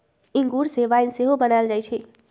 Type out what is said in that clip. इंगूर से वाइन सेहो बनायल जाइ छइ